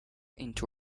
into